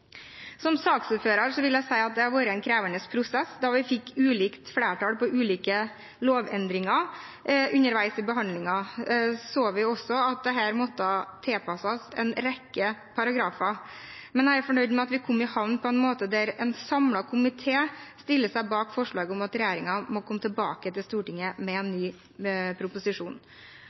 Som saksordfører vil jeg si at det har vært en krevende prosess, da vi fikk ulikt flertall på ulike lovendringer. Underveis i behandlingen så vi også at dette måtte tilpasses en rekke paragrafer. Men jeg er fornøyd med at vi kom i havn på en måte som gjør at en samlet komité stiller seg bak forslaget om at regjeringen må komme tilbake til Stortinget med en ny proposisjon.